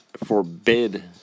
Forbid